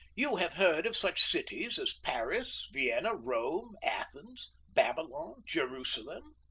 you have heard of such cities as paris, vienna, rome, athens, babylon, jerusalem?